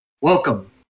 Welcome